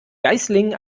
geislingen